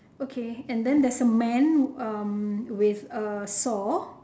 okay and then there's a man um with a saw